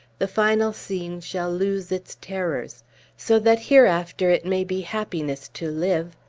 the final scene shall lose its terrors so that hereafter it may be happiness to live,